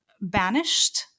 banished